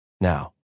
Now